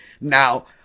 Now